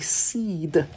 seed